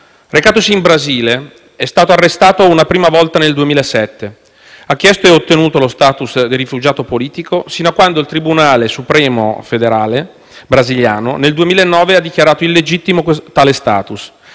recatosi in Brasile, è stato arrestato una prima volta nel 2007, ha chiesto e ottenuto lo *status* di rifugiato politico, sino a quando il Tribunale supremo federale (Stf) brasiliano, nel 2009, ha dichiarato illegittimo tale *status*,